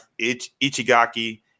Ichigaki